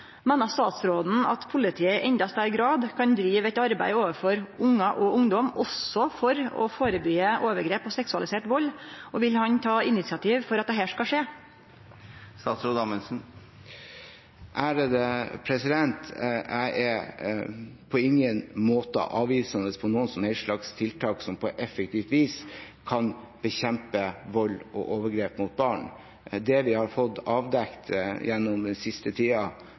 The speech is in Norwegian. statsråden at politiet i endå større grad kan drive eit arbeid overfor barn og ungdom også for å førebyggje overgrep og seksualisert vald? Og vil han ta initiativ for at dette skal skje? Jeg er på ingen måte avvisende til noen som helst slags tiltak som på effektivt vis kan bekjempe vold og overgrep mot barn. Det vi har fått avdekket gjennom den siste